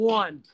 one